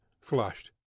flushed